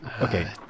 Okay